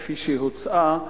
כפי שהוצעה,